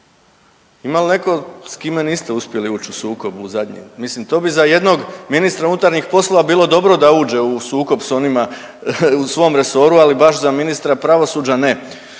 Ima li neko s kime niste uspjeli uć u sukob u zadnje? Mislim to bi za jednog ministra unutarnjih poslova bilo dobro da uđe u sukob s onima u svom resoru, ali baš za ministra pravosuđa ne.